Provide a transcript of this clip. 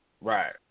Right